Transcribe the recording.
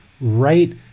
right